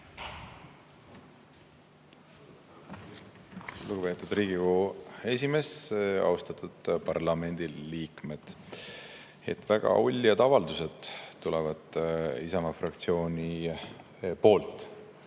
Lugupeetud Riigikogu esimees! Austatud parlamendiliikmed! Väga uljad avaldused tulevad Isamaa fraktsiooni poolt.